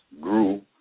grew